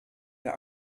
der